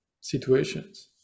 situations